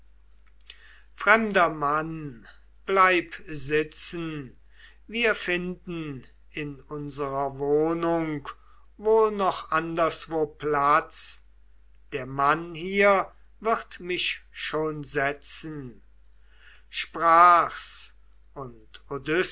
fremder mann bleib sitzen wir finden in unserer wohnung wohl noch anderswo platz der mann hier wird mich schon setzen sprach's und